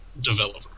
developer